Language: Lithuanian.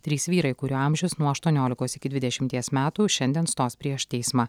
trys vyrai kurių amžius nuo aštuoniolikos iki dvidešimties metų šiandien stos prieš teismą